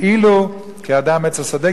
"כי האדם עץ השדה",